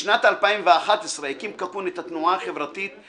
בשמת 2011 הקים קקון את התנועה החברתית-פוליטית,